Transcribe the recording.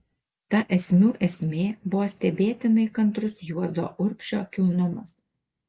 ta esmių esmė buvo stebėtinai kantrus juozo urbšio kilnumas